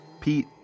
Pete